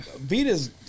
Vita's